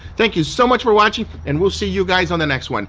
thank you so much for watching and we'll see you guys on the next one.